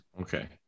Okay